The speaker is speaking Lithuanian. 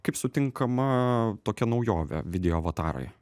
kaip sutinkama tokia naujovė video avatarai